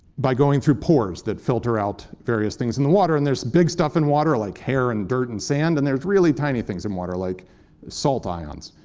by going through pores that filter out various things in the water. and there's big stuff in water, like hair and dirt and sand, and there's really tiny things in water, like salt ions.